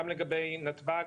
גם לגבי נתב"ג,